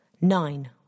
Nine